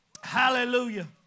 Hallelujah